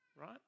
Right